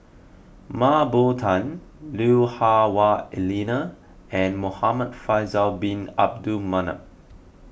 Mah Bow Tan Lui Hah Wah Elena and Muhamad Faisal Bin Abdul Manap